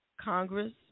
Congress